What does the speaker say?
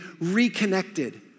reconnected